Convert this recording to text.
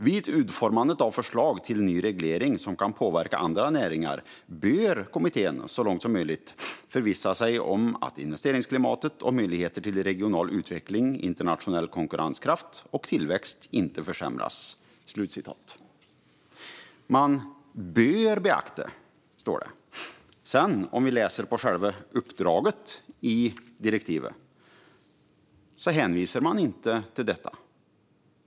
Vid utformandet av förslag till ny reglering som kan påverka andra näringar bör kommittén så långt som möjligt förvissa sig om att investeringsklimatet och möjligheter till regional utveckling, internationell konkurrenskraft och tillväxt inte försämras." Kommittén bör , står det. Men i själva uppdraget i direktivet hänvisar man inte till detta.